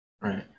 Right